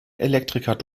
elektriker